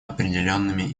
определенными